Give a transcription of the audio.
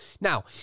Now